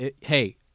hey